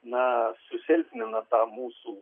na susilpnina tą mūsų